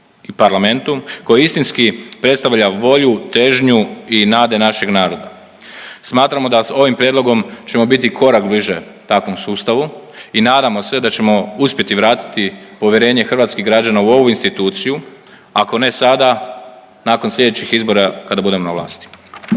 i parlamentu koji istinski predstavlja volju, težnju i nade našeg naroda. Smatramo da sa ovim prijedlogom ćemo biti korak bliže takvom sustavu i nadamo se da ćemo uspjeti vratiti povjerenje hrvatskih građana u ovu instituciju, ako ne sada nakon sljedećih izbora kada budem na vlasti.